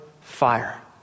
fire